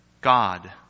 God